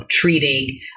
treating